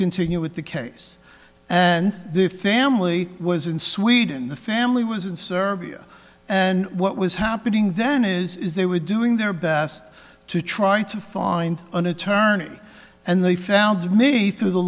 continue with the case and the family was in sweden the family was in serbia and what was happening then is they were doing their best to try to find an attorney and they found me through the